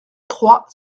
trois